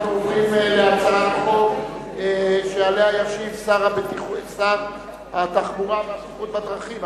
אנחנו עוברים להצעת חוק שישיב עליה שר התחבורה והבטיחות בדרכים,